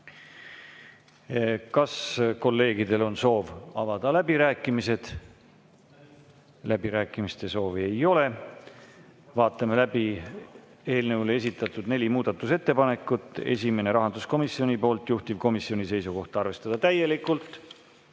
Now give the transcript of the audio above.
Kas kolleegidel on soovi avada läbirääkimised? Läbirääkimiste soovi ei ole. Vaatame läbi eelnõu kohta esitatud neli muudatusettepanekut. Esimene on rahanduskomisjonilt, juhtivkomisjoni seisukoht on arvestada täielikult.